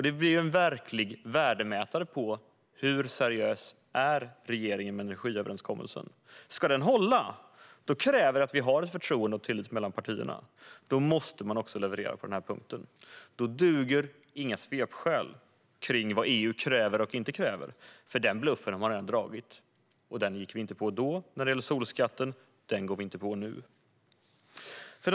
Det blir en verklig värdemätare på hur angelägen regeringen är om att den här energiöverenskommelsen ska hålla. Om den ska det krävs det att vi har ett förtroende och tillit mellan partierna, och då måste man leverera på den här punkten. Då duger inga svepskäl när det gäller vad EU kräver och inte kräver. Den bluffen har redan dragits gällande solskatten. Vi gick inte på den då, och vi går inte på den nu.